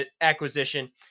acquisition